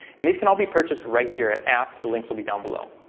and these can all be purchased right here at abt, the links will be down below.